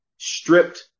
Stripped